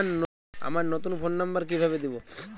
আমার নতুন phone number কিভাবে দিবো?